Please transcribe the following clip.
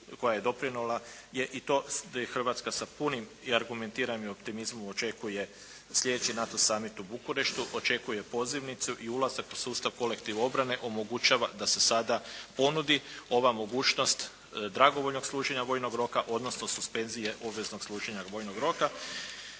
Hrvatska sa punim i argumentiranim optimizmom očekuje slijedeći NATO summit u Bukureštu, očekuje pozivnicu i ulazak u sustav kolektiv obrane omogućava da se sada ponudi ova mogućnost dragovoljnog služenja vojnog roka odnosno suspenzije obveznog služenja vojnog roka.